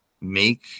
make